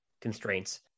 constraints